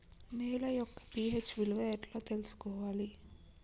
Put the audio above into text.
నేల యొక్క పి.హెచ్ విలువ ఎట్లా తెలుసుకోవాలి?